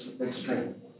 extreme